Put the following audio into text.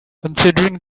considering